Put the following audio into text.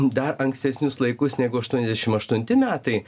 dar ankstesnius laikus negu aštuoniasdešim aštunti metai